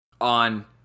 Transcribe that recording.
on